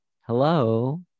hello